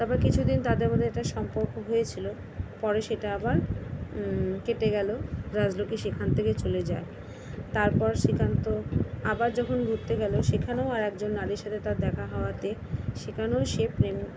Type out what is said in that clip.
তারপরে কিছু দিন তাদের মধ্যে একটা সম্পর্ক হয়েছিলো পরে সেটা আবার কেটে গেল রাজলক্ষ্মী সেখান থেকে চলে যায় তারপর শ্রীকান্ত আবার যখন ঘুরতে গেল সেখানেও আর একজন নারীর সাথে তার দেখা হওয়াতে সেখানেও সে প্রেম